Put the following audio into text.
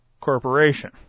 Corporation